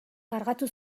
kargatu